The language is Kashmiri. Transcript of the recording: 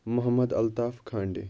محمد الطاف کھانڈے